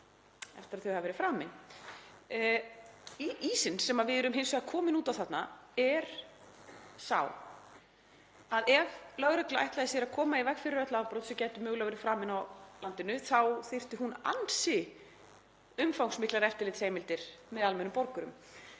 eftir að þau hafa verið framin. Ísinn sem við erum hins vegar komin út á þarna er sá að ef lögregla ætlaði sér að koma í veg fyrir öll afbrot sem gætu mögulega verið framin á landinu þá þyrfti hún ansi umfangsmiklar eftirlitsheimildir með almennum borgurum.